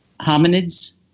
hominids